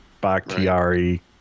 Bakhtiari